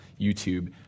YouTube